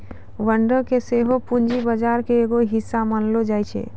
बांडो के सेहो पूंजी बजार के एगो हिस्सा मानलो जाय छै